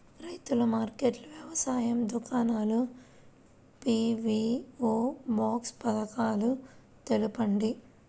రైతుల మార్కెట్లు, వ్యవసాయ దుకాణాలు, పీ.వీ.ఓ బాక్స్ పథకాలు తెలుపండి?